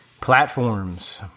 Platforms